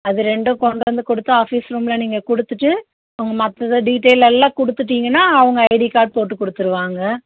அது ரெண்டும் கொண்டு வந்து கொடுத்து ஆஃபீஸ் ரூம்மில் நீங்கள் கொடுத்துட்டு மற்றது டீட்டைல் எல்லாம் கொடுத்துட்டீங்கன்னா அவங்க ஐடி கார்ட் போட்டு கொடுத்துடுவாங்க